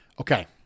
Okay